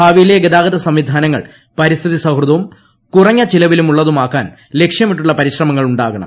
ഭാവിയിലെ ഗതാഗത സംവിധാനങ്ങൾ പരിസ്ഥിതി സൌഹൃദവും കുറഞ്ഞ ചെലവിലുള്ളതു മാക്കാൻ ലക്ഷ്യമിട്ടുള്ള പരിശ്രമങ്ങൾ ഉണ്ടാകണം